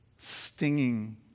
Stinging